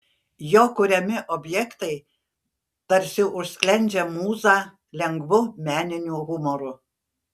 jo kuriami objektai tarsi užsklendžia mūzą lengvu meniniu humoru